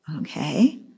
Okay